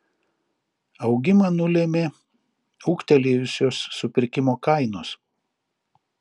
augimą nulėmė ūgtelėjusios supirkimo kainos